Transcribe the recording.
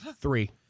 Three